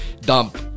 dump